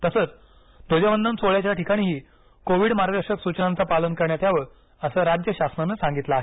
तसंच ध्वजवंदन सोहळ्याच्या ठिकाणीही कोविड मार्गदर्शक सुचनांचं पालन करण्यात यावं असंही राज्य प्रशासनानं सांगितलं आहे